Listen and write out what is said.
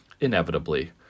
inevitably